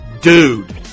Dude